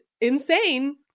insane